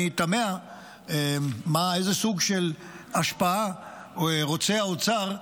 אני תמה איזה סוג של השפעה רוצה האוצר,